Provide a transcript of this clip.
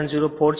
04 છે